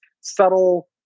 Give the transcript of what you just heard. subtle